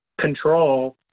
control